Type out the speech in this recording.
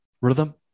Rhythm